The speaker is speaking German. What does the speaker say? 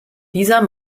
dieser